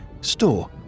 store